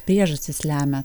priežastys lemia